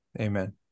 amen